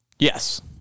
Yes